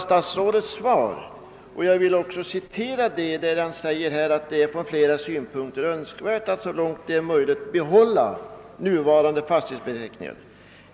Statsrådet säger i sitt svar att det från flera synpunkter är önskvärt att så långt det är möjligt behålla nuvarande fastighetsbeteckningar.